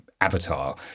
avatar